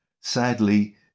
Sadly